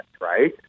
right